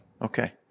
Okay